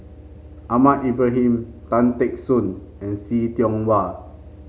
Ahmad Ibrahim Tan Teck Soon and See Tiong Wah